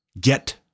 Get